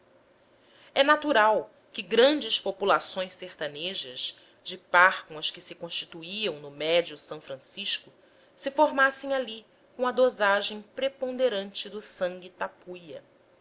é natural que grandes populações sertanejas de par com as que se constituíram no médio s francisco se formassem ali com a dosagem preponderante do sangue tapuia